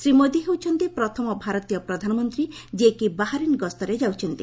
ଶ୍ରୀ ମୋଦି ହେଉଛନ୍ତି ପ୍ରଥମ ଭାରତୀୟ ପ୍ରଧାନମନ୍ତ୍ରୀ ଯିଏକି ବାହାରିନ୍ ଗସ୍ତରେ ଯାଉଛନ୍ତି